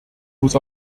muss